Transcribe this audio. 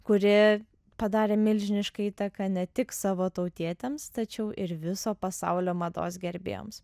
kuri padarė milžinišką įtaką ne tik savo tautietėms tačiau ir viso pasaulio mados gerbėjoms